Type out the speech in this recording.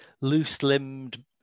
loose-limbed